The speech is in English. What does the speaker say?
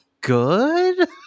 good